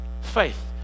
faith